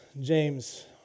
James